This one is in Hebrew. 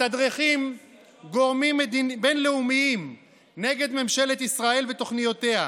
מתדרכים גורמים בין-לאומיים נגד ממשלת ישראל ותוכניותיה,